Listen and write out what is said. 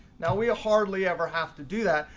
now we hardly ever have to do that,